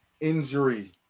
injury